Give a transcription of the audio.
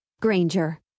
Granger